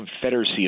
confederacy